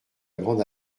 grande